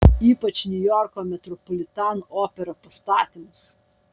ypač niujorko metropolitan opera pastatymus